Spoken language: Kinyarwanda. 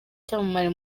icyamamare